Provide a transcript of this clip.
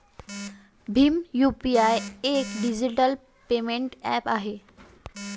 Bhim UPI एक digital payment app आहे